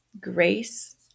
grace